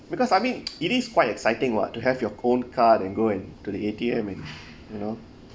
because I mean it is quite exciting [what] to have your own card and go and to the A_T_M and you know